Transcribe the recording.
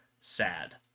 sad